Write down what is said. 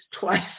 twice